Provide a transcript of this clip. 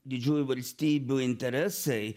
didžiųjų valstybių interesai